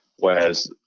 Whereas